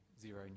zero